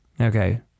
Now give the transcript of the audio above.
okay